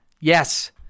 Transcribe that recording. yes